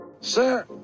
Sir